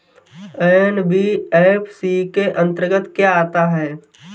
NBFC के अंतर्गत क्या आता है?